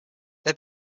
have